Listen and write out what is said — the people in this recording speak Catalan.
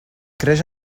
creix